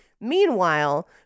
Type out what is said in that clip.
Meanwhile